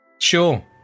sure